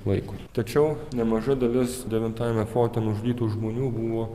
laiko tačiau nemaža dalis devintajame forte nužudytų žmonių buvo